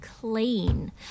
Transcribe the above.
Clean